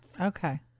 Okay